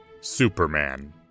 Superman